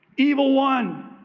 evil won.